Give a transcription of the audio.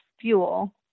fuel